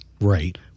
Right